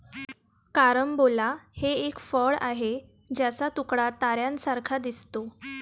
carambola हे एक फळ आहे ज्याचा तुकडा ताऱ्यांसारखा दिसतो